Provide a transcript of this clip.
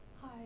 Hi